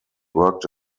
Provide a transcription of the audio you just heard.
worked